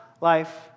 life